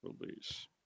release